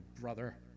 brother